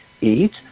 eat